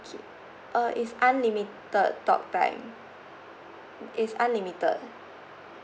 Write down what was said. okay uh it's unlimited talk time it's unlimited